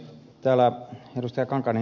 täällä ed